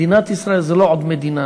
מדינת ישראל זה לא עוד מדינה.